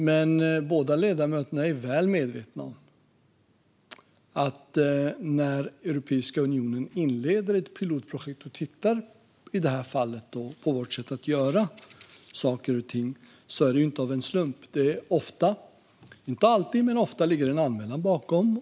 Men båda ledamöterna är väl medvetna om att när Europeiska unionen inleder ett pilotprojekt och, i det här fallet, tittar på vårt sätt att göra saker och ting sker det inte av en slump. Ofta, men inte alltid, ligger det en anmälan bakom.